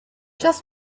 just